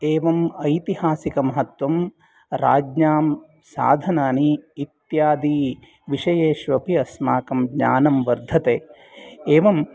एवम् ऐतिहासिकमहत्त्वं राज्ञां साधनानि इत्यादि विषयेषु अपि अस्माकं ज्ञानं वर्धते एवं